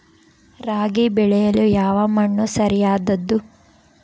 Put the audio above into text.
ರಾಗಿ ಬೆಳೆಯಲು ಯಾವ ಮಣ್ಣು ಸರಿಯಾದದ್ದು?